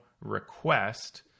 request